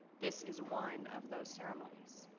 this is one of those ceremonies